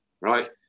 right